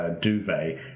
duvet